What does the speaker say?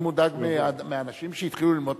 אני מודאג מאנשים שהתחילו ללמוד,